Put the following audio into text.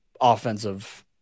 offensive